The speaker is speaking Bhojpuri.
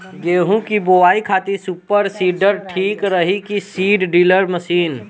गेहूँ की बोआई खातिर सुपर सीडर ठीक रही की सीड ड्रिल मशीन?